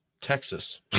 Texas